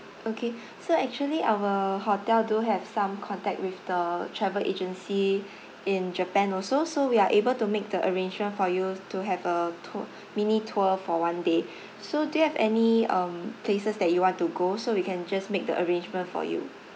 okay so actually our hotel do have some contact with the travel agency in japan also so we're able to make the arrangement for you to have a to~ mini tour for one day so do you have any um places that you want to go so we can just make the arrangement for you